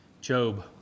Job